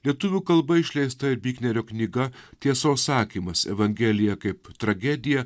lietuvių kalba išleista ir biknerio knyga tiesos sakymas evangelija kaip tragedija